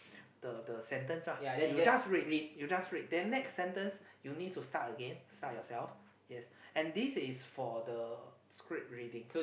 the the sentence ah you just read you just read then next sentence you need to start again start yourself yes and this is for the script reading